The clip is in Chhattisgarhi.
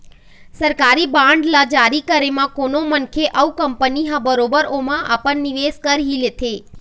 सरकारी बांड ल जारी करे म कोनो मनखे अउ कंपनी ह बरोबर ओमा अपन निवेस कर ही लेथे